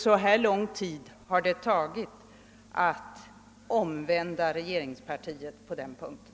Så här lång tid har det alltså tagit att omvända regeringspartiet i denna fråga.